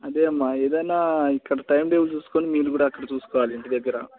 అదే అమ్మ ఏదన్న ఇక్కడ టైం టేబుల్ చూసుకుని మీరు కూడా అక్కడ చూసుకోవాలి ఇంటిదగ్గర